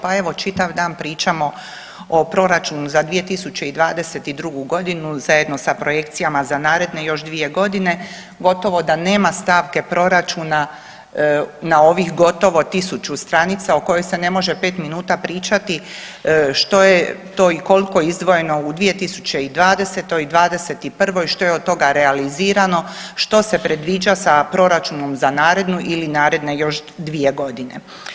Pa evo čitav dan pričamo o proračunu za 2022.g. zajedno sa projekcijama za narednu i još dvije godine, gotovo da nema stavke proračuna na ovih gotovo 1000 stranica o kojoj se ne može 5 minuta pričati što je to i koliko je izdvojeno u 2020. i '21., što je od toga realizirano, što se predviđa sa proračunom za narednu ili naredne još dvije godine.